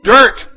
Dirt